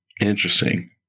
Interesting